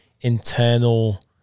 internal